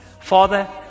Father